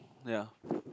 ya